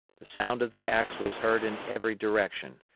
the sound of the axe was heard in every direction,